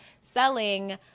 selling